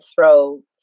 throw